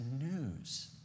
news